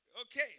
Okay